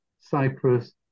Cyprus